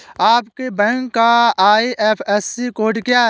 आपके बैंक का IFSC code क्या है?